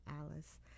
Alice